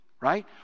right